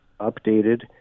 updated